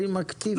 אקטיביות.